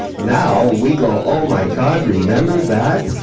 now we go, oh my god, remember that?